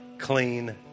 clean